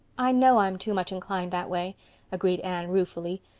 i know i'm too much inclined that, way agreed anne ruefully.